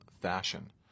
fashion